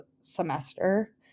semester